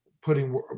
putting